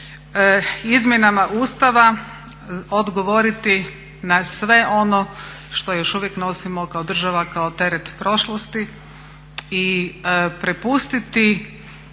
izmjenama Ustava odgovoriti na sve ono što još uvijek nosimo kao država, kao teret prošlosti i prepustiti